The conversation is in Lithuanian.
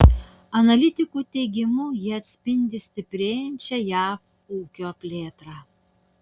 analitikų teigimu jie atspindi stiprėjančią jav ūkio plėtrą